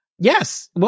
Yes